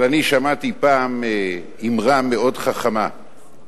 אבל אני שמעתי פעם אמרה מאוד חכמה: